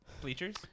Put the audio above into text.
Bleachers